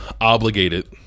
obligated